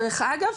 דרך אגב,